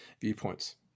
viewpoints